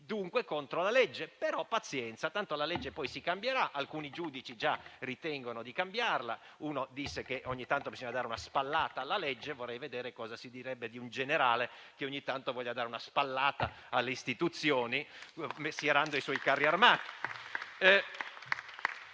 dunque contro la legge, ma pazienza, tanto la legge poi si cambierà, alcuni giudici già ritengono di cambiarla. Un giudice ha detto persino che ogni tanto bisogna dare una spallata alla legge. Ma vorrei vedere cosa si direbbe di un generale che ogni tanto volesse dare una spallata alle istituzioni schierando i suoi carri armati.